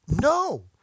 no